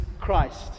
Christ